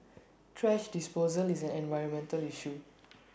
thrash disposal is an environmental issue